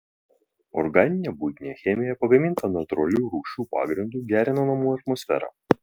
organinė buitinė chemija pagaminta natūralių rūgščių pagrindu gerina namų atmosferą